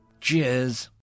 Cheers